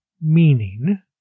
Meaning